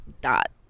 dot